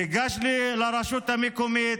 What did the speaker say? תיגש לרשות המקומית,